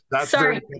sorry